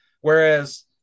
Whereas